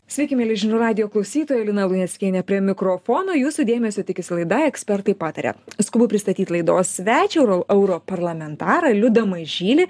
sveiki mieli žinių radijo klausytojai lina luneckienė prie mikrofono jūsų dėmesio tikisi laida ekspertai pataria skubu pristatyt laidos svečią ro europarlamentarą liudą mažylį